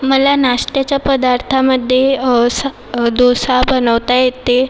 मला नाश्ट्याच्या पदार्थामध्ये स डोसा बनवता येते